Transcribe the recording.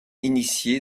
initié